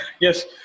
Yes